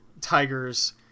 tigers